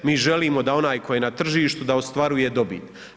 Mi želimo da onaj koji je na tržištu da ostvaruje dobit.